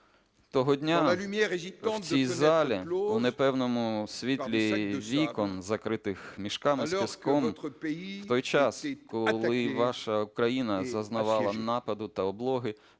Того дня в цій залі у непевному світлі вікон, закритих мішками з піском, в той час, коли ваша країна зазнавала нападу та облоги,